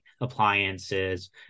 appliances